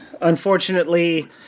Unfortunately